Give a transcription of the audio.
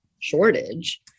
shortage